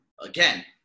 Again